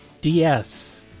DS